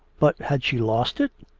but, had she lost it?